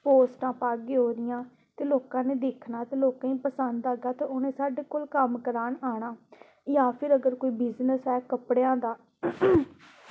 ते पोस्टां पागे एह्दियां ते लोकें दिक्खना ते लोकें ई पसंद आङन ते लोकें साढ़े कोल कम्म करान आना जां फिर कोई बिज़नेस ऐ कपड़ेआं दा